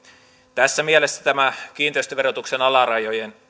tässä mielessä tämä kiinteistöverotuksen alarajojen